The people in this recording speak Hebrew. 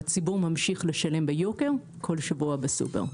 והציבור ממשיך לשלם ביוקר כל שבוע בסופר.